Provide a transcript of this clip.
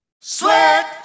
Sweat